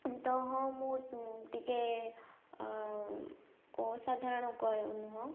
ତ ହଁ ମୁଁ ଟିକେ ଅସାଧାରଣ ନୁହେଁ